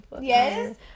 Yes